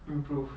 improve